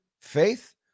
faith